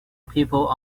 people